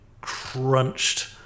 crunched